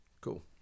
cool